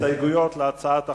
הסתייגויות להצעת החוק,